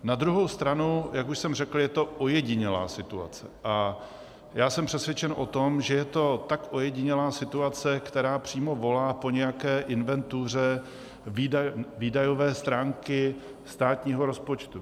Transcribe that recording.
Na druhou stranu, jak už jsem řekl, je to ojedinělá situace a já jsem přesvědčen o tom, že je to tak ojedinělá situace, která přímo volá po nějaké inventuře výdajové stránky státního rozpočtu.